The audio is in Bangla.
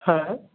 হ্যাঁ